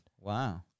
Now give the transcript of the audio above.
Wow